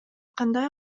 кандай